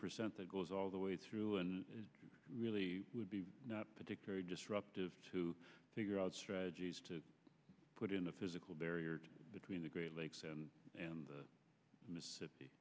percent that goes all the way through and it really would be not particularly destructive to figure out strategies to put in the physical barrier between the great lakes and the mississippi